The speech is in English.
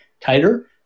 tighter